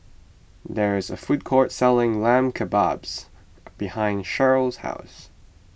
there is a food court selling Lamb Kebabs behind Sherrill's house